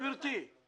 גבירתי.